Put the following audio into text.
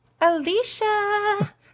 Alicia